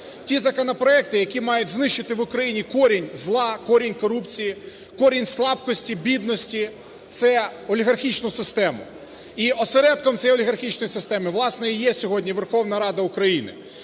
Ті законопроекти, які мають знищити в Україні корінь зла, корінь корупції, корінь слабкості, бідності це олігархічну систему. І осередком цієї олігархічної системи, власне, і є сьогодні Верховна Рада України.